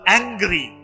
angry